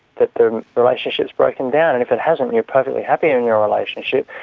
that the relationship has broken down. and if it hasn't and you're perfectly happy in your relationship,